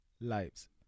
lives